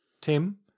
Tim